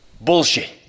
Bullshit